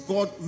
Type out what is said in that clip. God